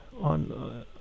on